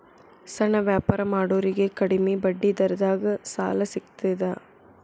ಸಣ್ಣ ವ್ಯಾಪಾರ ಮಾಡೋರಿಗೆ ಕಡಿಮಿ ಬಡ್ಡಿ ದರದಾಗ್ ಸಾಲಾ ಸಿಗ್ತದಾ?